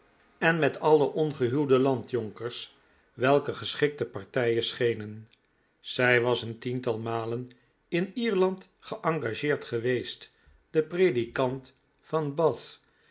en met alle ongehuwde landjonkers welke geschikte partijen schenen zij was een tiental nialen in ierland geengageerd geweest den predikant van bath